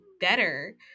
better